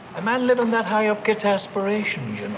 a man living that high up gets aspirations,